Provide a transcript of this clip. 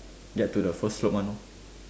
get to the first slope [one]